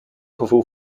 gevoel